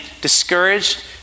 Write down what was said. discouraged